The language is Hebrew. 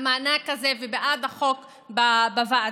המענק הזה ובעד החוק בוועדה,